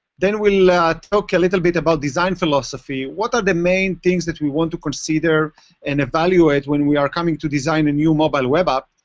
then we'll talk a little bit about design philosophy, what are the main things that we want to consider and evaluate when we are coming to design a new mobile web app.